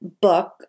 book